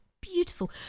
beautiful